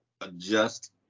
Adjust